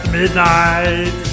midnight